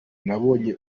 nabonye